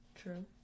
True